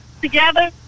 together